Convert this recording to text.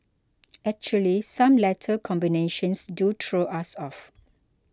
actually some letter combinations do throw us off